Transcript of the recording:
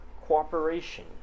cooperation